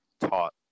taught